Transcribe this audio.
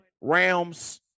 Rams